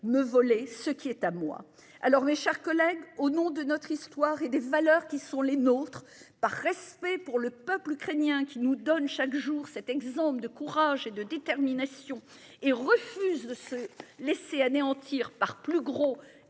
me voler ce qui est à moi. Alors, mes chers collègues, au nom de notre histoire et des valeurs qui sont les nôtres. Par respect pour le peuple ukrainien qui nous donnent chaque jour cet exemple de courage et de détermination et refuse de se laisser anéantir par plus gros